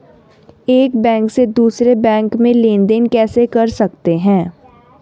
एक बैंक से दूसरे बैंक में लेनदेन कैसे कर सकते हैं?